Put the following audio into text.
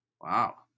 Wow